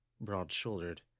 broad-shouldered